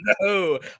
No